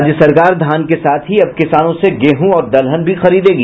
राज्य सरकार धान के साथ ही अब किसानों से गेहूं और दलहन भी खरीदेगी